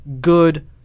good